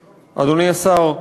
לך, אדוני השר,